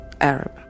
Arab